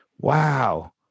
wow